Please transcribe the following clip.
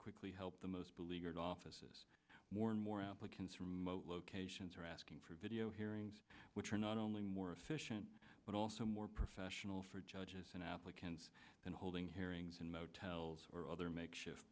quickly help the most beleaguered offices more and more applicants remote locations are asking for video hearings which are not only more efficient but also more professional for judges and applicants than holding hearings in motels or other makeshift